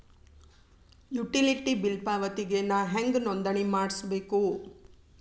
Utility bill ಪಾವತಿಗೆ ನಾ ಹೆಂಗ್ ನೋಂದಣಿ ಮಾಡ್ಸಬೇಕು?